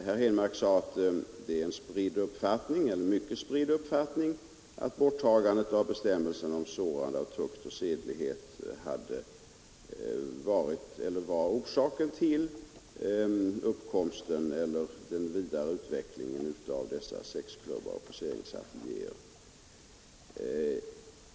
Herr Henmark sade att det är en mycket spridd uppfattning att borttagandet av bestämmelsen om sårande av tukt och sedlighet är orsaken till den vidare utvecklingen av dessa sexklubbar och poseringsateljéer.